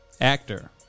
Actor